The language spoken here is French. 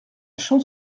champ